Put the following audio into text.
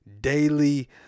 daily